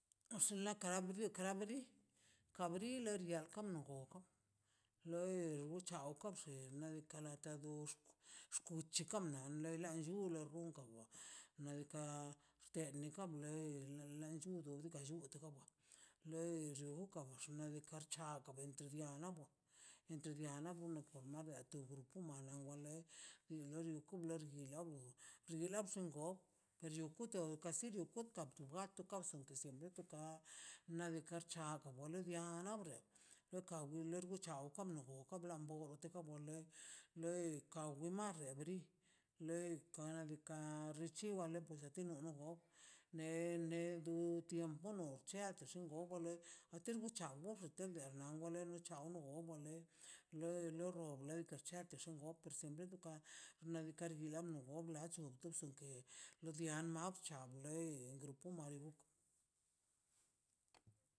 Onxi la kalchbio kabrilo langogan loi wbranchakan xen xkuchi kan mna le lan llu < nadika xten kan blei le le llulo tekawa lei llolun kanx nadika xchawa entre biana entrebiana na bo nadi to grupo mala wanle xinla xongob per chon kuto kasilio kap katso nesi nodo tuka nadika rchabona bolo bianasle loka buna locha a bukan ka bu nadika wa loi tika wa marre ri loi naika richi wale gon ne ne du tiempo no chegun unle utax bicha perne gonle chaw nongole loi lo krchianga siempre tuka nadika tukar nogon no blastio sto tuken lo diama no stian le grupo mariok